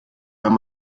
wenn